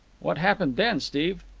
what happened then, steve?